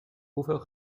hoeveel